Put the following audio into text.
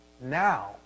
now